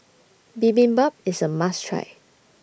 Bibimbap IS A must Try